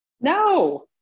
No